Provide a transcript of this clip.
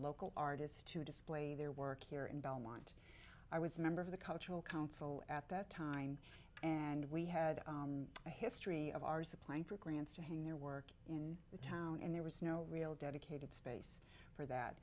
local artists to display their work here in belmont i was member of the cultural council at that time and we had a history of ours applying for grants to hang their work in the town and there was no real dedicated space for that